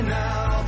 now